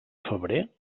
febrer